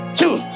two